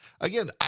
Again